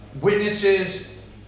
witnesses